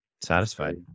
satisfied